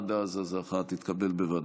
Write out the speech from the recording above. עשרה בעד, אין מתנגדים,